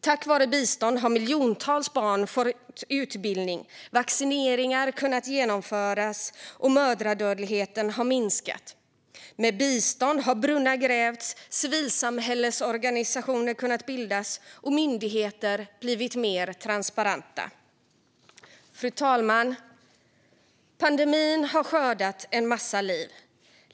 Tack vare bistånd har miljontals barn fått utbildning. Vaccineringar har kunnat utföras, och mödradödligheten har minskat. Med bistånd har brunnar grävts, civilsamhällesorganisationer har kunnat bildas och myndigheter har blivit mer transparenta. Fru talman! Pandemin har skördat en massa liv.